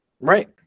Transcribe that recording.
right